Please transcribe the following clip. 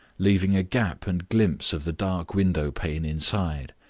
leaving a gap and glimpse of the dark window-pane inside.